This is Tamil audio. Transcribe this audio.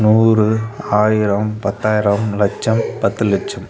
நூறு ஆயிரம் பத்தாயிரம் லட்சம் பத்து லட்சம்